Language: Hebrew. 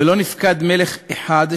ולא נפקד מלך אחד,